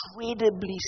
incredibly